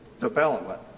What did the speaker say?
development